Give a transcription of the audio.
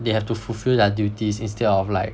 they have to fulfill their duties instead of like